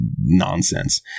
nonsense